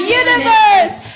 universe